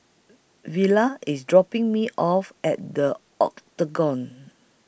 Villa IS dropping Me off At The Octagon